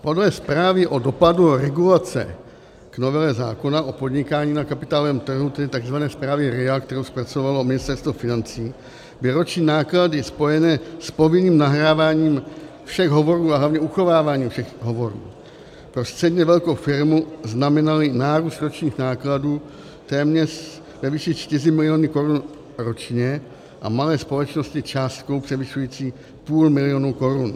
Podle zprávy o dopadu regulace k novele zákona o podnikání na kapitálovém trhu, té takzvané zprávy RIA, kterou zpracovalo Ministerstvo financí, by roční náklady spojené s povinným nahráváním všech hovorů a hlavně uchováváním všech hovorů pro středně velkou firmu znamenaly nárůst ročních nákladů téměř ve výši 4 miliony korun ročně a pro malé společnosti částku převyšující půl milionu korun.